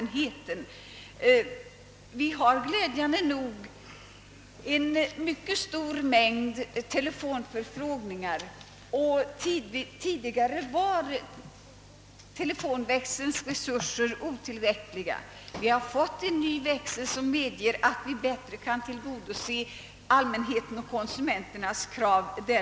Vi har glädjande nog en mycket stor mängd telefonförfrågningar, och tidigare var vår telefonväxel otillräcklig. Vi har nu fått ny växel som gör det möjligt för oss att bättre tillgodose allmänhetens och konsumenternas krav.